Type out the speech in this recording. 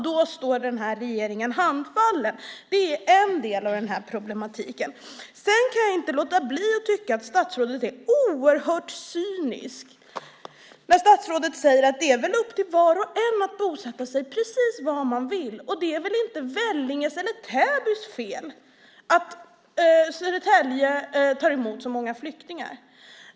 Då står regeringen handfallen. Det är en del av problematiken. Sedan kan jag inte låta bli att tycka att statsrådet är oerhört cynisk när statsrådet säger att det är upp till var och en att bosätta sig precis var man vill och att det väl inte är Vellinges eller Täbys fel att Södertälje tar emot så många flyktingar.